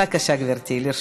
בבקשה, גברתי, לרשותך.